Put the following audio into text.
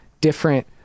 different